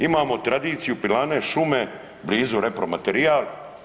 Imamo tradiciju pilane, šume blizu repromaterijal.